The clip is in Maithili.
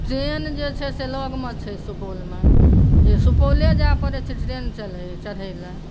ट्रेन जे छै से लगमे छै सुपौलमे जे सुपौले जाए लए पड़ै छै ट्रेन चढ़ै लए